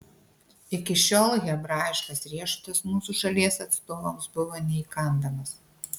iki šiol hebrajiškas riešutas mūsų šalies atstovams buvo neįkandamas